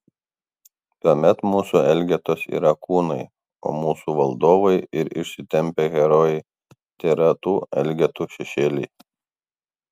tuomet mūsų elgetos yra kūnai o mūsų valdovai ir išsitempę herojai tėra tų elgetų šešėliai